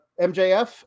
MJF